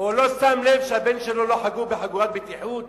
או לא שם לב שהבן שלו לא חגור בחגורת בטיחות?